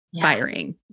firing